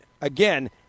again